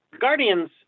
Guardians